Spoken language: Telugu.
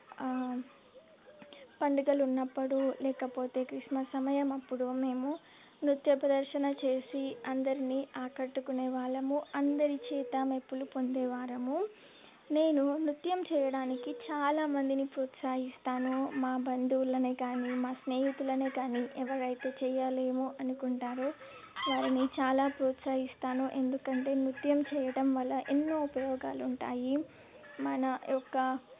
పండుగలు ఉన్నపుడు లేకపోతే క్రిస్మస్ సమయం అప్పుడు మేము నృత్య ప్రదర్శన చేసి అందరినీ ఆకట్టుకునే వాళ్ళము అందరి చేత మెప్పులు పొందే వాళ్ళము నేను నృత్యం చేయడానికి చాలామందిని ప్రోత్సాహిస్తాను మా బంధువులనే కానీ మా స్నేహితులనే కానీ ఎవరైతే చేచెయ్యాలేమో అనుకుంటారో వారిని చాలా ప్రోత్సహిస్తాను ఎందుకంటే నృత్యం చేయటం వల్ల ఎన్నో ఉపయోగాలుంటాయి మన యొక్క